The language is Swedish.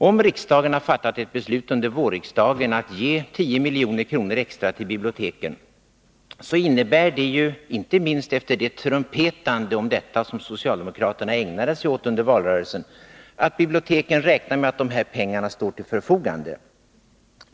Om riksdagen har fattat ett beslut under vårriksdagen om att ge 10 milj.kr. extra till biblioteken, innebär det ju — inte minst efter det trumpetande om detta som socialdemokraterna ägnade sig åt under valrörelsen — att biblioteken räknar med att pengarna står till förfogande.